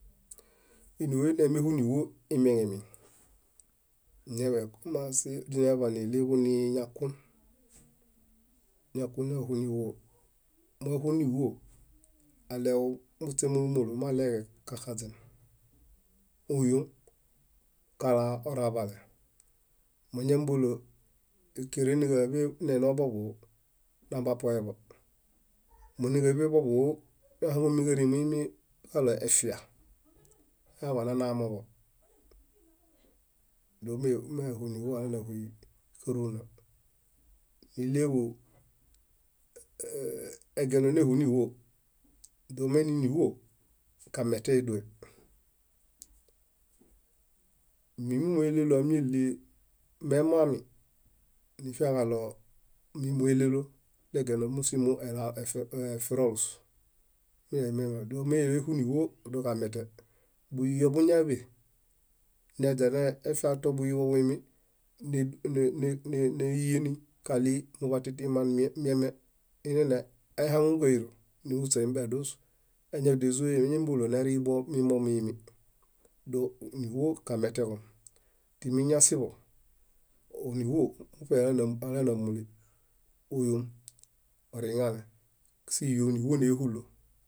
Ínooheniemehuy níĥuo imieŋemieŋ. źiñaḃaniɭeġu niyakun, yakun náhui níɦuo mañahui níɦuo, aleġu muśemulu kaxaźenaleeġe. Oyom kalaa oraḃale. Mañambolo ékeren nelaami boḃuhuu, nambapueḃo moniġaḃe boḃuɦuu nahaŋumiġáriin muimi kaloefia, nañaḃanaamoro mehui níɦuo aanahui káruna. Níɭeġu egieno néhui níɦuo domeini níɦuo kameteedoe minimuleɭeɭelo amiɭii meloomi, nifiaġalo minmuleɭélo degieno músimo efirolus domelemehui níɦuo doġamete buyio buñaḃe neźanefia tobuyiḃo buimi néyieni kaɭi muḃatitiman miame ineahaŋu ġáyiro, muśeambieidus añadizoe eñariilo neɭew tomimo muimi dó ġamete timiñasiḃo níɦuo muṗealanamuli óoriŋale síɦio miñahulo.